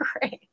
great